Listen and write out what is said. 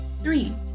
Three